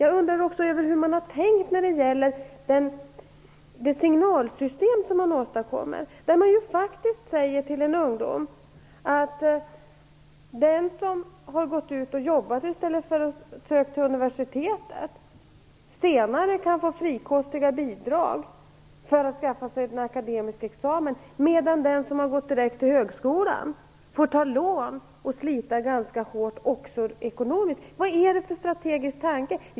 Jag undrar också hur man har tänkt när det gäller det signalsystem som man åstadkommer. Man säger till en ungdom att den som har jobbat i stället för att studera på universitet kan senare få frikostiga bidrag för att skaffa sig en akademisk examen. Den som har gått direkt till högskolan får däremot ta lån och slita ganska hårt också ekonomiskt. Vad är det för strategisk tanke bakom?